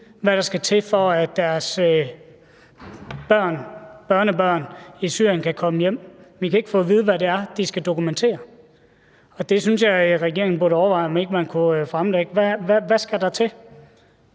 hvad der skal til, for at deres børn, børnebørn i Syrien kan komme hjem, men vi kan ikke få at vide, hvad de skal dokumentere, og jeg synes, at regeringen burde overveje, om ikke de kunne fremlægge, hvad der skal